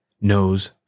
knows